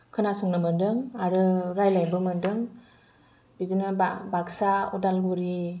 खोनासंनो मोनदों आरो रायज्लायनोबो मोनदों बिदिनो बाकसा उदालगुरि